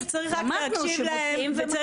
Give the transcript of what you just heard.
אמרנו שמוציאים -- בסדר,